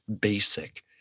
basic